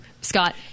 Scott